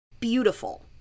beautiful